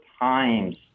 times